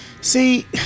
see